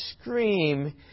scream